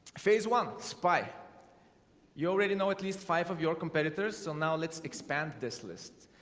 phase one spy you already know at least five of your competitors. so now let's expand this list.